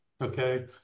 Okay